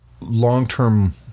long-term